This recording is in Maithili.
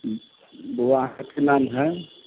बौआ के की नाम भेल